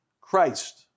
Christ